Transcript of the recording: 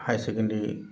high secondary